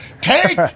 Take